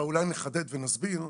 אולי נחדד ונסביר.